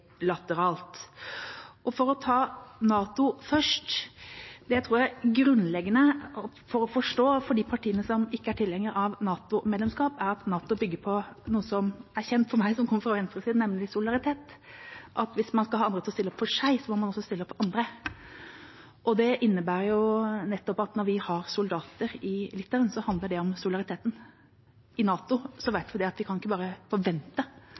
For å ta NATO først: Det jeg tror er grunnleggende å forstå for de partiene som ikke er tilhengere av NATO-medlemskap, er at NATO bygger på noe som er kjent for meg som kommer fra venstresiden – nemlig solidaritet. Hvis man skal ha andre til å stille opp for seg, må man også stille opp for andre. Det innebærer nettopp at når vi har soldater i Litauen, så handler det om solidariteten. I NATO vet vi at vi ikke bare kan forvente